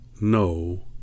no